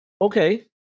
Okay